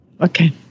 Okay